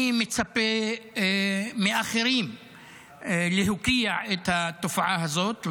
אני מצפה מאחרים להוקיע את התופעה הזאת,